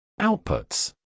Outputs